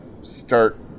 start